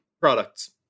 products